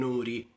Nuri